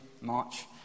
March